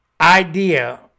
idea